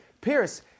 Pierce